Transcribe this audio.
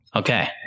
Okay